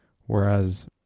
Whereas